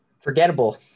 Forgettable